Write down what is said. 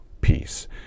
peace